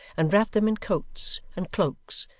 and wrapped them in coats and cloaks,